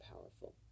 powerful